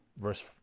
Verse